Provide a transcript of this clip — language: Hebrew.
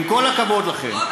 עם כל הכבוד לכם,